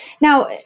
Now